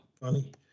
funny